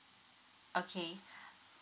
okay